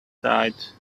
side